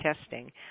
testing